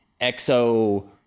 exo